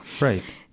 Right